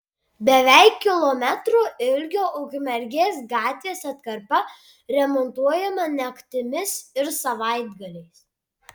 beveik kilometro ilgio ukmergės gatvės atkarpa remontuojama naktimis ir savaitgaliais